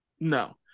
No